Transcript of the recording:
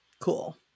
Cool